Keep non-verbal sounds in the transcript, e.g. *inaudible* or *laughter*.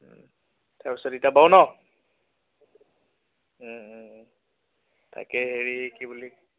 *unintelligible* তাৰপিছত এতিয়া বাৰু ন তাকে হেৰি কি বুলি